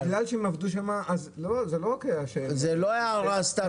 זו לא הערה סתמית.